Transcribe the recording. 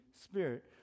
Spirit